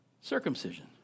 circumcision